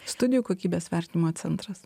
studijų kokybės vertinimo centras